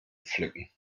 pflücken